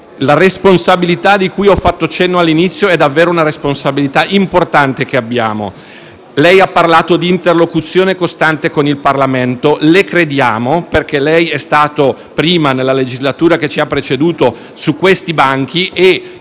la responsabilità cui ho fatto cenno all'inizio è davvero una responsabilità importante che abbiamo. Lei ha parlato di interlocuzione costante con il Parlamento. Noi le crediamo, perché nella legislatura che ci ha preceduto lei è stato tra